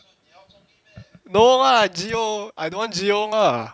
no lah geo I don't want geo lah